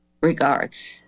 Regards